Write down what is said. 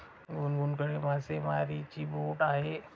गुनगुनकडे मासेमारीची बोट आहे